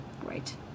Great